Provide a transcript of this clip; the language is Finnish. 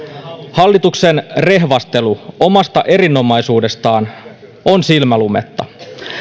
hallituksen rehvastelu omasta erinomaisuudestaan on silmänlumetta